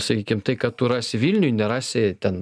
sakykim ką tu rasi vilniuj nerasi ten